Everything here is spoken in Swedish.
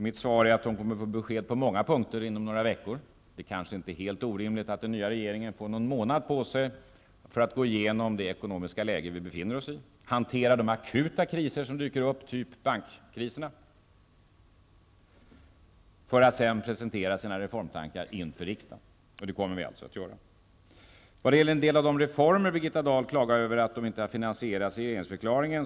Mitt svar är att hon kommer att få besked på många punkter inom några veckor. Det kanske inte är helt orimligt att den nya regeringen får någon månad på sig för att gå igenom det ekonomiska läge som vi befinner oss i och för att hantera de akuta kriser som dyker upp, t.ex. bankkriserna, för att sedan presentera reformtankar inför riksdagen. Det kommer vi alltså att göra. Birgitta Dahl klagade över att finansieringen av en del reformer inte har angetts i regeringsförklaringen.